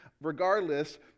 Regardless